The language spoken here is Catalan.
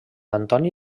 antoni